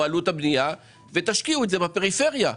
עלות הבנייה ותשקיעו את זה בפריפריה.